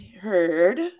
heard